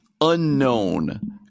unknown